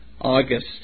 August